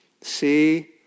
see